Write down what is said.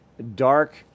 dark